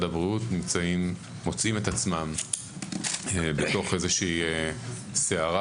הבריאות מוצאים את עצמם בתוך איזושהי סערה,